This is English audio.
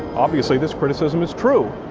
obviously, this criticism is true.